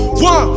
One